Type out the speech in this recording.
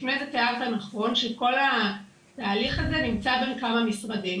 לפני זה תיארת נכון שכל התהליך הזה נמצא בין כמה משרדים.